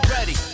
Ready